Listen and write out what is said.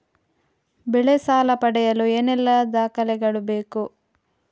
ಬೆಳೆ ಸಾಲ ಪಡೆಯಲು ಏನೆಲ್ಲಾ ದಾಖಲೆಗಳು ಬೇಕು?